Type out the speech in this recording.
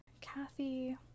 Kathy